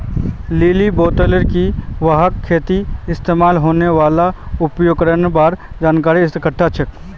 lily बताले कि वहाक खेतीत इस्तमाल होने वाल उपकरनेर बार जानकारी इकट्ठा करना छ